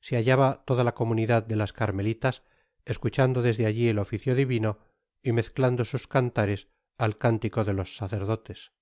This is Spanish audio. se hallaba toda la comunidad de las carmelitas escuchando desde allí el oficio divino y mezclando sus cantares al cántico de los sacerdotes